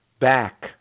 back